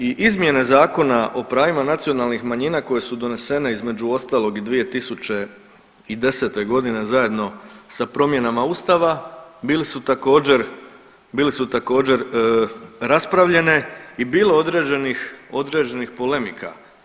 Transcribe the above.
I izmjene Zakona o pravima nacionalnih manjina koje su donesene između ostalog i 2010. godine zajedno sa promjenama Ustava bili su također, bili su također raspravljene i bilo je određenih, određenih polemika.